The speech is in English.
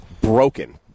broken